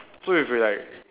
so if you like